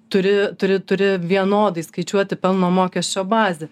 turi turi turi vienodai skaičiuoti pelno mokesčio bazę